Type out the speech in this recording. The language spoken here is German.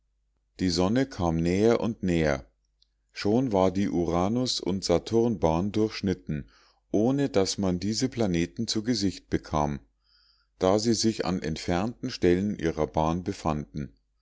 die sonne kam näher und näher schon war die uranus und saturnbahn durchschnitten ohne daß man diese planeten zu gesichte bekam da sie sich an entfernten stellen ihrer bahn befanden